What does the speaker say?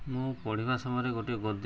ମୁଁ ପଢ଼ିବା ସମୟରେ ଗୋଟେ ଗଦ୍ୟ